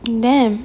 damn